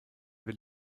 will